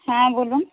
হ্যাঁ বলুন